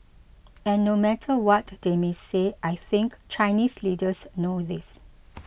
and no matter what they may say I think Chinese leaders know this